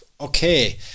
Okay